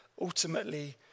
ultimately